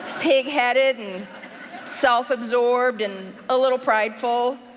pig headed, and self absorbed, and a little prideful,